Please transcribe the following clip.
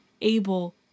able